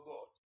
God